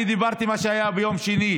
אני דיברתי על מה שהיה ביום שני,